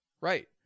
Right